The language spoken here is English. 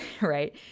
right